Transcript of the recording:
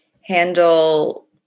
handle